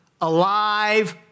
alive